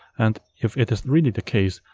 and if it is really the case,